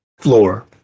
floor